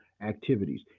activities